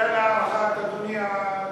מתי להערכת אדוני הדיון,